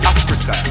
Africa